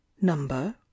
number